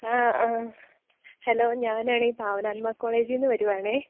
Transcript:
ആ ഹലോ ഞാൻ ആണ് ഈ പാവനാത്മ കോളേജിൽ നിന്ന് വരുവാണ്